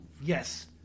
Yes